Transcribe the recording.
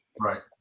Right